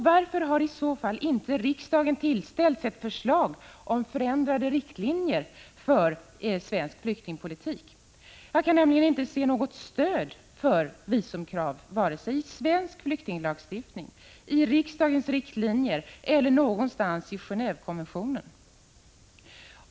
Varför har riksdagen i så fall inte tillställts ett förslag om förändrade riktlinjer för svensk flyktingpolitik? Jag kan nämligen inte se att det finns något stöd för visumkrav vare sig i svensk flyktinglagstiftning, i riksdagens riktlinjer eller någonstans i Genevekonventionen.